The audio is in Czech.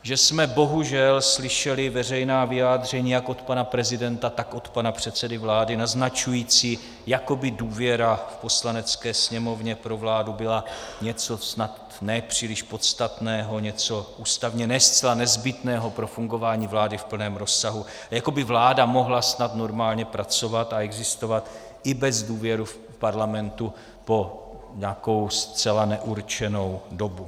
Že jsme bohužel slyšeli veřejná vyjádření jak od pana prezidenta, tak od pana předsedy vlády naznačující, jako by důvěra v Poslanecké sněmovně pro vládu byla něco snad ne příliš podstatného, něco ústavně ne zcela nezbytného pro fungování vlády v plném rozsahu, jako by vláda mohla snad normálně pracovat a existovat i bez důvěry v Parlamentu po nějakou zcela neurčenou dobu.